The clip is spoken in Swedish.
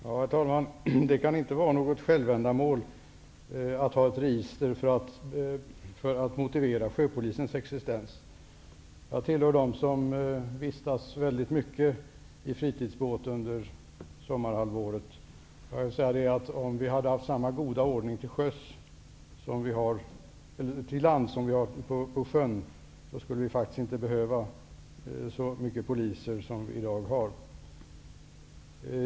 Herr talman! Det kan inte vara något självändamål att ha ett register för att motivera sjöpolisens existens. Jag är en av dem som väldigt mycket vistas i fritidsbåt under sommarhalvåret. Om vi hade haft samma goda ordning på land som den som råder på sjön, skulle det faktiskt inte behövas så många poliser som vi i dag har.